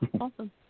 Awesome